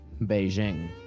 Beijing